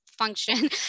function